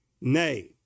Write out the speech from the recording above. nay